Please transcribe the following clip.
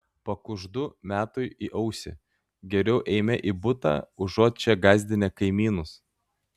pakuždu metui į ausį geriau eime į butą užuot čia gąsdinę kaimynus